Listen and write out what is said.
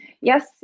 Yes